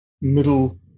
middle